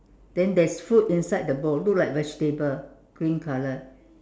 then there's food inside the bowl look like vegetable green colour